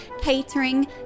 catering